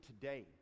today